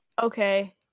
Okay